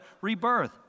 rebirth